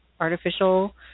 artificial